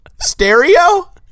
Stereo